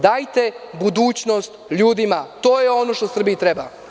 Dajte budućnost ljudima, to je ono što Srbiji treba.